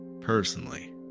Personally